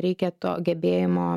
reikia to gebėjimo